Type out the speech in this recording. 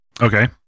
Okay